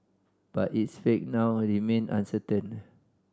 but its fate now remain uncertain